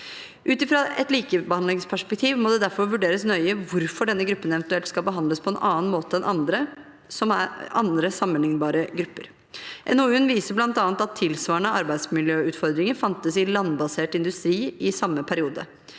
Ut fra et likebehandlingsperspektiv må det derfor vurderes nøye hvorfor denne gruppen eventuelt skal behandles på en annen måte enn andre, sammenlignbare grupper. NOU-en viser bl.a. at tilsvarende arbeidsmiljøutfordringer fantes i landbasert industri i samme periode.